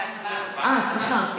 הצבעה, אה, סליחה.